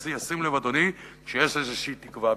ושים לב, אדוני, כשיש איזו תקווה מדינית,